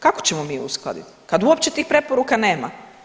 Kako ćemo mi uskladiti kad uopće tih preporuka nema.